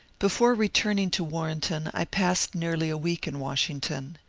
before returning to warrenton i passed nearly a week in washington.